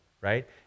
right